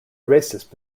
racist